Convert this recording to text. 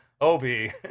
Obi